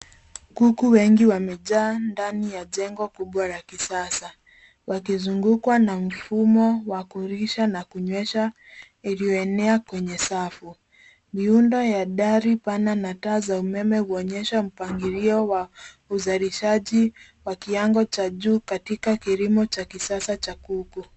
Kuku wengi wamejaa ndani ya jengo kubwa la kisasa, wakizungukwa na mfumo wa kulisha na kunywesha iliiyoenea kwenye safu. Miundo ya dari pana na taa za umeme huonyesha mpangilio wa uzalishaji wa kiwango cha juu katika kilimo cha kisasa cha kuku.